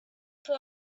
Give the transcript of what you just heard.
for